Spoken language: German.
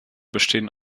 bestehen